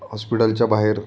हॉस्पिटलच्या बाहेर